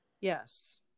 Yes